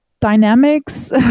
dynamics